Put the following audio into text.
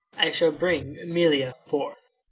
i shall bring emilia forth.